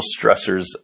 stressors